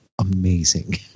amazing